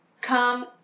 come